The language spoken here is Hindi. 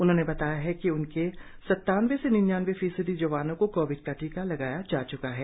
उन्होंने बताया है कि उनके सत्तानबे से निन्यानबे फीसदी जवानों को कोविड का टीका लगाया जा च्का है